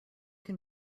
can